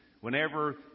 Whenever